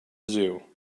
zoo